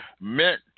meant